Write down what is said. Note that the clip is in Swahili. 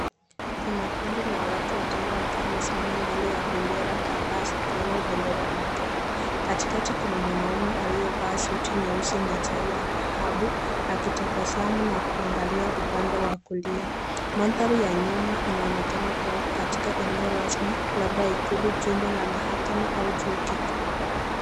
Kuna kundi la watu watano wakiwa wamesimama mbele ya bendera kadhaa zikiwemo bendera la Kenya, katikati kuna mwanaume aliyevaa suti nyeusi na tai ya dhahabu akitabasamu na kuangalia upande wa kulia, mandhari ya nyuma inaonekana kuwa katika eneo rasmi labda ikulu, jumba la mahakama au chuo kikuu.